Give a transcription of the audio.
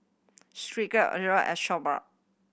Skylar Lilyana as